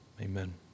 Amen